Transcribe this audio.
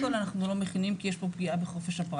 כשאנחנו מדברים על 37 רשויות מתוך 260 רשויות,